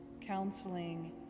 counseling